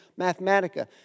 Mathematica